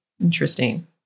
Interesting